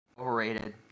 Overrated